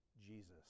Jesus